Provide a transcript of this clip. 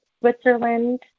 Switzerland